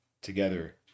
together